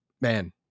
man